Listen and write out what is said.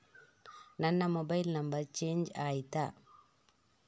ನನ್ನ mobile number change ಆಯ್ತಾ?